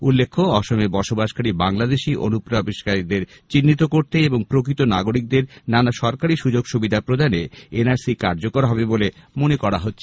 উল্লেখ্য অসমে বসবাসকারী বাংলাদেশী অনুপ্রবেশকারীদের চিহ্নিত করতে এবং প্রকৃত নাগরিকদের নানা সরকারি সুযোগ সুবিধা প্রদানে এনআরসি কার্যকর হবে বলে মনে করা হচ্ছে